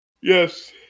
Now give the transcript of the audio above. Yes